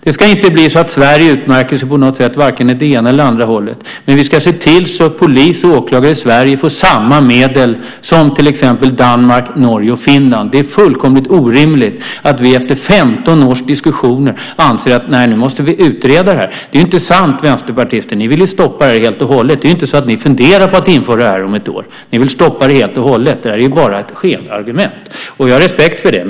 Det ska inte bli så att Sverige utmärker sig på något sätt, varken åt ena eller andra hållet, men vi ska se till så att polis och åklagare i Sverige får samma medel som till exempel i Danmark, Norge och Finland. Det är fullkomligt orimligt att efter 15 års diskussioner anse att vi nu måste utreda det här. Det är ju inte sant, vänsterpartister! Det är inte så att ni funderar på att införa detta om ett år, utan ni vill stoppa det helt och hållet. Det här är bara ett skenargument. Jag har respekt för det.